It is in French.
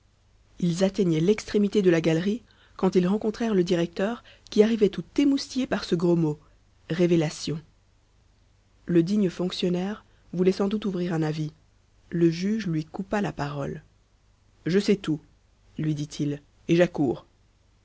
ils atteignaient l'extrémité de la galerie quand ils rencontrèrent le directeur qui arrivait tout émoustillé par ce gros mot révélation le digne fonctionnaire voulait sans doute ouvrir un avis le juge lui coupa la parole je sais tout lui dit-il et